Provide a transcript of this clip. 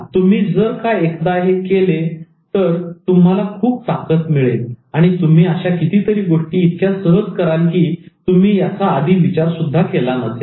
तुम्ही जर का एकदा हे केले तर तुम्हाला खूप ताकत मिळेल आणि तुम्ही अशा कितीतरी गोष्टी इतक्या सहज कराल की तुम्ही याचा आधी विचार सुद्धा केला नसेल